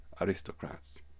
aristocrats